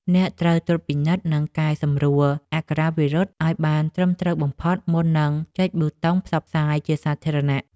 អ្នកត្រូវត្រួតពិនិត្យ និងកែសម្រួលអក្ខរាវិរុទ្ធឱ្យបានត្រឹមត្រូវបំផុត មុននឹងចុចប៊ូតុងផ្សព្វផ្សាយជាសាធារណៈ។